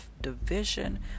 division